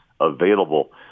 available